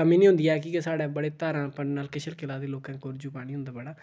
कमी नेईं होंदी ऐ कि साढ़ै बड़े धारां अपने नलके शलके लाए दे लोकें कुर्जू पानी होंदा बड़ा